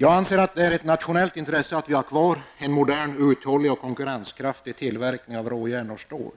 Jag anser att det är av nationellt intresse att ha kvar en modern, uthållig och konkurrenskraftig tillverkning av råjärn och stål.